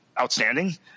Outstanding